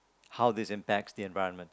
how this impacts the environment